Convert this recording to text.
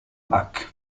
bach